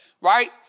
right